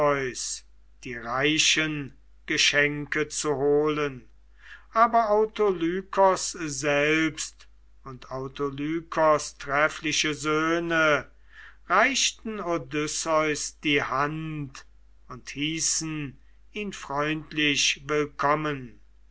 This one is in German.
die reichen geschenke zu holen aber autolykos selbst und autolykos treffliche söhne reichten odysseus die hand und hießen ihn freundlich willkommen